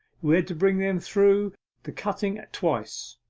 we had to bring them through the cutting at twice